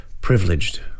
Privileged